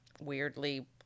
weirdly